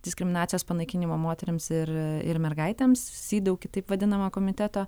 diskriminacijos panaikinimo moterims ir ir mergaitėms cedaw kitaip vadinamo komiteto